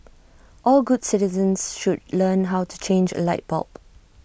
all good citizens should learn how to change A light bulb